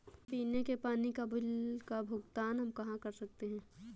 पीने के पानी का बिल का भुगतान हम कहाँ कर सकते हैं?